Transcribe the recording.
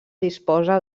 disposa